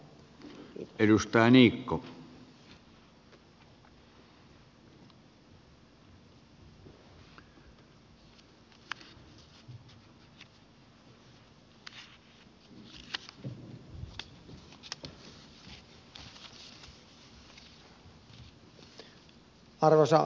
arvoisa herra puhemies